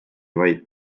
vaid